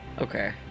Okay